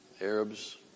Arabs